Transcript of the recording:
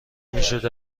میشد